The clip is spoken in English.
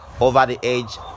over-the-edge